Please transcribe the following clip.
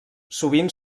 sovint